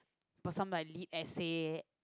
but some like lit essay